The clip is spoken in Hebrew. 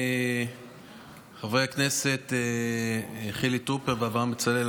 חברי הכנסת חילי טרופר ואברהם בצלאל,